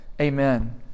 Amen